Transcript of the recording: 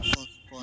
পঁচপন